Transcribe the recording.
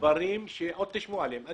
דברים שעוד תשמעו עליהם.